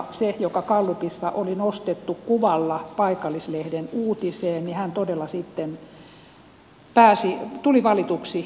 hän joka gallupissa oli nostettu kuvalla paikallislehden uutiseen todella sitten tuli valituksi eduskuntaan